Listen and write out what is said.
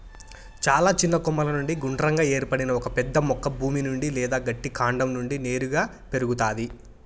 చాలా చిన్న కొమ్మల నుండి గుండ్రంగా ఏర్పడిన ఒక పెద్ద మొక్క భూమి నుండి లేదా గట్టి కాండం నుండి నేరుగా పెరుగుతాది